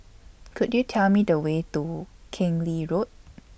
Could YOU Tell Me The Way to Keng Lee Road